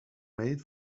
made